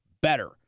better